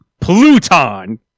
pluton